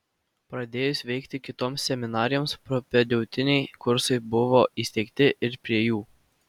pradėjus veikti kitoms seminarijoms propedeutiniai kursai buvo įsteigti ir prie jų